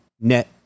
net